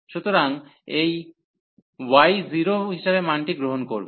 সুতরাং এই y 0 হিসাবে মানটি গ্রহণ করবে